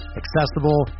accessible